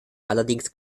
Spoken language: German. allerdings